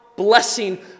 blessing